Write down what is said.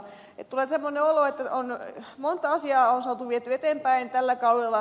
tulee semmoinen olo että on monta asiaa saatu vietyä eteenpäin tällä kaudella